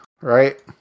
right